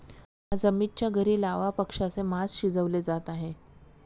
आज अमितच्या घरी लावा पक्ष्याचे मास शिजवले जात आहे